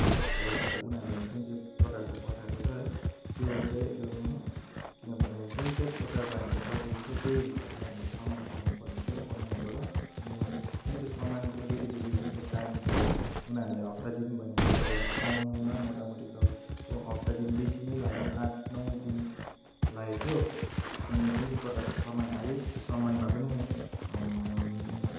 तर अब उनीहरूले जुन चाहिँ प्रकारको पठाएको छ है त्यो चाहिँ अहँ किनभने जुन चाहिँ प्रकारको हामीले पैसा दिन्छ त्यही हिसाबले हामीले सामान पाउनु पर्ने थियो अनलाइनबाट अनि जुन चाहिँ सामानको डेलिभरी जुन चाहिँ टाइम थियो उनीहरूले हप्ता दिन भनेको तर आउनुमा मोटामोटी तपाईँको हप्ता दिन बेसी नै लाग्यो आठ नौ दिन लागेको थियो अनि जुन चाहिँ प्रकारको सामान आयो त्यो समानमा पनि